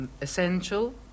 essential